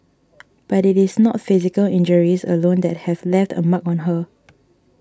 but it is not physical injuries alone that have left a mark on her